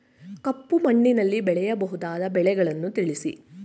ಕಪ್ಪು ಮಣ್ಣಿನಲ್ಲಿ ಬೆಳೆಯಬಹುದಾದ ಬೆಳೆಗಳನ್ನು ತಿಳಿಸಿ?